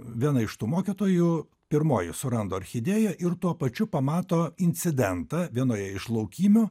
viena iš tų mokytojų pirmoji suranda orchidėją ir tuo pačiu pamato incidentą vienoje iš laukymių